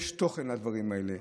שיש תוכן לדברים האלה.